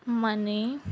money